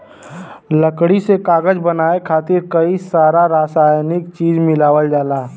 लकड़ी से कागज बनाये खातिर कई सारा रासायनिक चीज मिलावल जाला